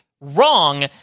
wrong